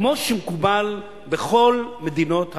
כמו שמקובל בכל מדינות העולם.